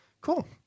cool